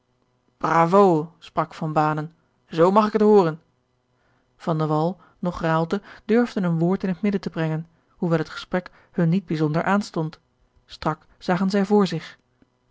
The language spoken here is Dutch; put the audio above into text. zoo mag ik het hooren van de wall noch raalte durfden een woord in het midden brengen hoewel het gesprek hun niet bijzonder aanstond strak zagen zij voor zich